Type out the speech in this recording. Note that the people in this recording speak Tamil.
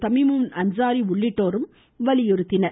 தமீமுன் அன்சாரி உள்ளிட்டோரும் வலியுறுத்தினர்